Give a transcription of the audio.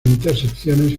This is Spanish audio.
intersecciones